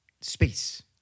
space